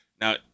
Now